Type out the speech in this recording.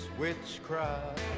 witchcraft